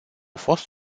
fost